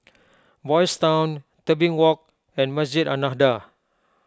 Boys' Town Tebing Walk and Masjid An Nahdhah